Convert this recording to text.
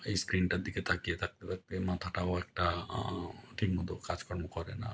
এই স্ক্রিনটার দিকে তাকিয়ে থাকতে থাকতে মাথাটাও একটা ঠিক মতো কাজকর্ম করে না